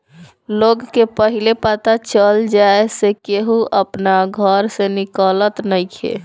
लोग के पहिले पता चल जाए से केहू अपना घर से निकलत नइखे